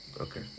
Okay